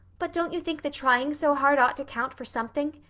but don't you think the trying so hard ought to count for something?